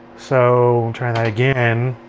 so try and that again.